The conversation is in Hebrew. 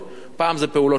פעם זה פעולות של חירום,